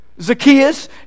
Zacchaeus